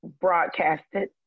broadcasted